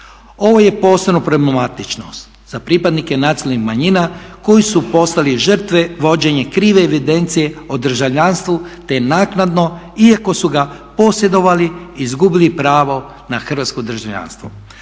Ovo je posebno problematično za pripadnike nacionalnih manjina koji su postali žrtve vođenja krive evidencije o državljanstvu te naknadno iako su ga posjedovali izgubili pravo na hrvatsko državljanstvo.